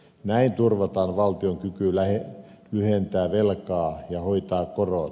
näin turvataan valtion kyky lyhentää velkaa ja hoitaa korot